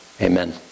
amen